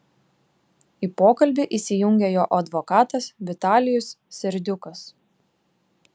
į pokalbį įsijungė jo advokatas vitalijus serdiukas